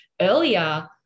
earlier